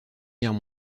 guerre